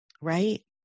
Right